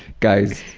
guys,